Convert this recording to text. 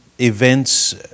events